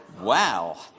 Wow